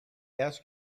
ask